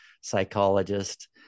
psychologist